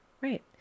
Right